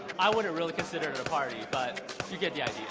i wouldn't really consider party, but you get yeah